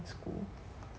in school